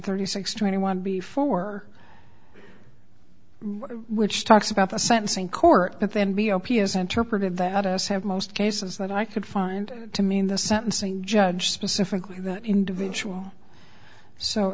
thirty six twenty one before which talks about the sentencing court but then b o p s interpreted that as have most cases that i could find to mean the sentencing judge specifically that individual so